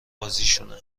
بازیشونه